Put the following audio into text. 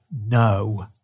No